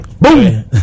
boom